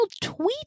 tweet